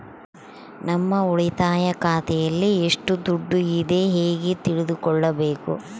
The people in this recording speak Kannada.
ನಮ್ಮ ಉಳಿತಾಯ ಖಾತೆಯಲ್ಲಿ ಎಷ್ಟು ದುಡ್ಡು ಇದೆ ಹೇಗೆ ತಿಳಿದುಕೊಳ್ಳಬೇಕು?